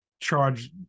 charge